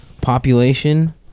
Population